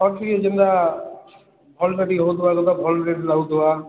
costly ଯେନ୍ତା ଭଲ୍ ତ ଟିକେ ହଉଥିବା ଯେନ୍ତା ରେଟ୍ ନେଉଥିବା